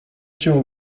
cię